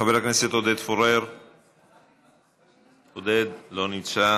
חבר הכנסת עודד פורר, לא נמצא.